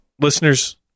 listeners